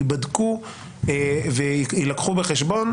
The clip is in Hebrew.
ייבדקו ויילקחו בחשבון.